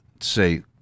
say